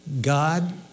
God